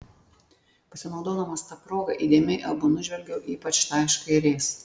pasinaudodamas ta proga įdėmiai abu nužvelgiau ypač tą iš kairės